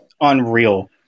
unreal